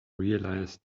realized